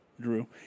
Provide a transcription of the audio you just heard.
drew